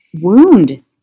wound